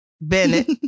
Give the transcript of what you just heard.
Bennett